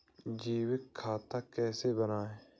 जैविक खाद कैसे बनाएँ?